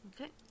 Okay